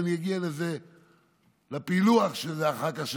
ואגיע לפילוח של זה אחר כך,